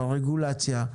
ברגולציה,